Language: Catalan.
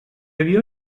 havia